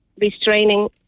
restraining